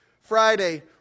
Friday